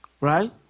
Right